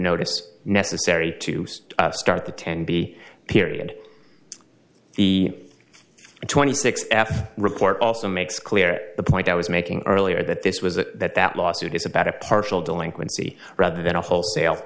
notice necessary to start the ten b period the twenty six f report also makes clear the point i was making earlier that this was that that lawsuit is about a partial delinquency rather than a wholesale